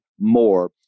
more